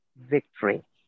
victory